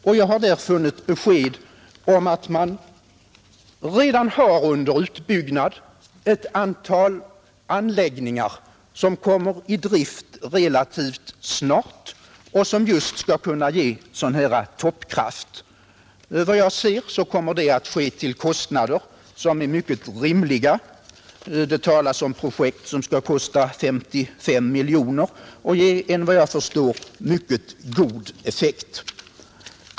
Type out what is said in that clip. Därvid har jag funnit att man redan har under utbyggnad ett antal anläggningar, som kommer i drift relativt snart och som just skall kunna ge toppkraft. Och efter vad jag kan se kommer det att ske till kostnader som är mycket rimliga. Det talas om projekt som skall kosta 55 miljoner och som enligt vad jag förstår skall ge mycket god effekt.